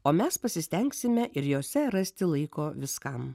o mes pasistengsime ir jose rasti laiko viskam